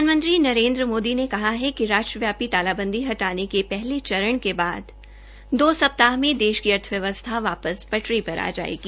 प्रधानमंत्री नरेन्द्र मोदी ने कहा है कि राष्ट्रव्यापी तालाबंदी हटाने के पहले के बाद दो सप्तह में देश की अर्थव्यवस्था वापस पटरी पर आ जायेगी